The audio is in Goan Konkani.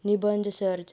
निबंद सर्त